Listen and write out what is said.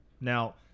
Now